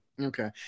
okay